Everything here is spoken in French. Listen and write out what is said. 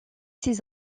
ses